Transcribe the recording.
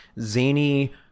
zany